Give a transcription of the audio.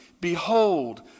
behold